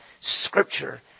Scripture